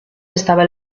estaba